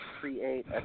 create